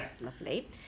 Lovely